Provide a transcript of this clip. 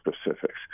specifics